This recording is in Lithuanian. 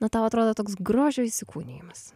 na tau atrodo toks grožio įsikūnijimas